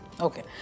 Okay